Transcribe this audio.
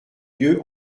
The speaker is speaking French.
lieu